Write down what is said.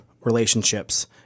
relationships